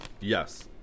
Yes